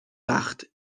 وقت